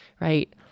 right